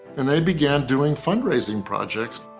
and they began doing fundraising projects.